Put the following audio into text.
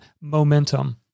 momentum